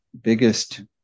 biggest